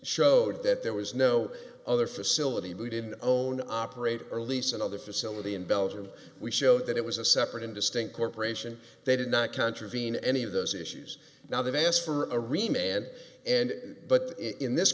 showed that there was no other facility built in own operate or lease another facility in belgium we showed that it was a separate and distinct corporation they did not contravene any of those issues now they've asked for a remain and and but in this